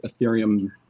Ethereum